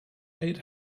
eight